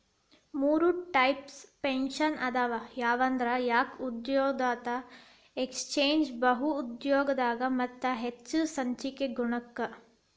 ಮೂರ್ types pension ಅದಾವ ಯಾವಂದ್ರ ಏಕ ಉದ್ಯೋಗದಾತ ಏಜೇಂಟ್ ಬಹು ಉದ್ಯೋಗದಾತ ಮತ್ತ ವೆಚ್ಚ ಹಂಚಿಕೆ ಗುಣಕ